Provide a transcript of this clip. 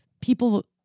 people